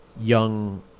young